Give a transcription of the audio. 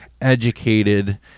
educated